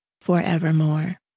forevermore